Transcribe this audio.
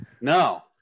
No